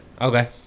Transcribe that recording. okay